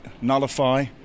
nullify